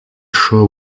show